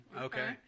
Okay